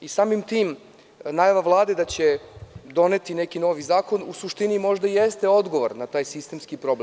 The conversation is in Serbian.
Samim tim najava Vlade da će doneti neki novi zakon u suštini možda jeste odgovor na taj sistemski problem.